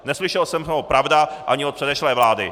Neslyšel jsem ho, pravda, ani od předešlé vlády.